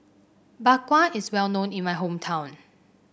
Bak Kwa is well known in my hometown